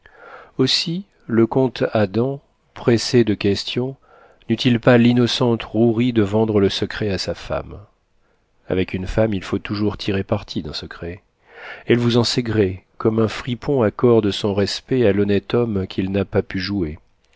aussi le comte adam pressé de questions n'eut-il pas l'innocente rouerie de vendre le secret à sa femme avec une femme il faut toujours tirer parti d'un secret elle vous en sait gré comme un fripon accorde son respect à l'honnête homme qu'il n'a pas pu jouer